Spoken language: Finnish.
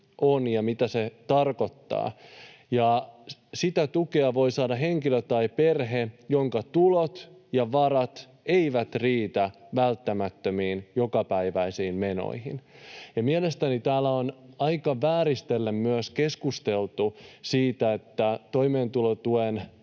on ja mitä se tarkoittaa. Sitä tukea voi saada henkilö tai perhe, jonka tulot ja varat eivät riitä välttämättömiin jokapäiväisiin menoihin. Mielestäni täällä on aika vääristellen myös keskusteltu siitä, että toimeentulotuen